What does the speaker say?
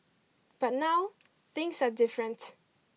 but now things are different